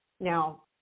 now